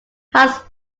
hans